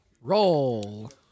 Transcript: Roll